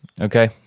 Okay